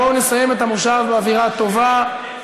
בואו נסיים את המושב באווירה טובה.